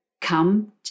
come